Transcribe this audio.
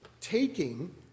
taking